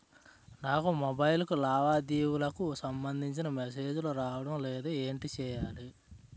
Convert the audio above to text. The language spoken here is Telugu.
నాకు మొబైల్ కు లావాదేవీలకు సంబందించిన మేసేజిలు రావడం లేదు ఏంటి చేయాలి?